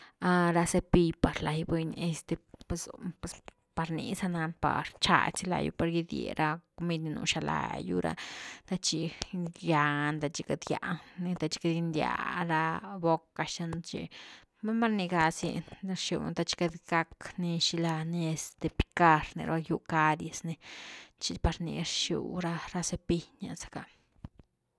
Ra cepill par lai buny este par ni za nani par chadi zy laiú par gidie ra comid ni nú xanlagiyu ra te chi gyan te chi queity gian, te chi queity gindia ra boca xtenu chi, numa nigazy rxiu ni the chi queity gacni xini lani picar rniraba yu caries ni chi par ni rxiu ra cepill rnia za ka.